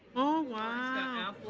oh wow.